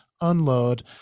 unload